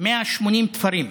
180 תפרים.